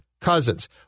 Cousins